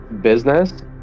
business